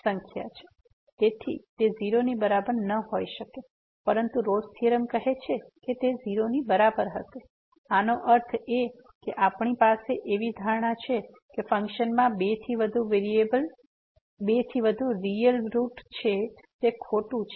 તેથી તે 0 ની બરાબર ન હોઈ શકે પરંતુ રોલ્સRolle's થીયોરમ કહે છે કે તે 0 ની બરાબર હશે આનો અર્થ એ કે આપણી પાસે એવી ધારણા છે કે ફંક્શનમાં બેથી વધુ રીઅલ રૂટ છે તે ખોટુ છે